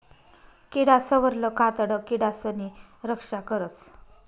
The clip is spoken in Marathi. किडासवरलं कातडं किडासनी रक्षा करस